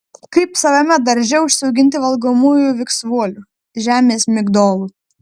kaip savame darže užsiauginti valgomųjų viksvuolių žemės migdolų